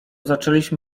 zaczęliśmy